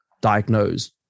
diagnose